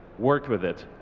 work with it.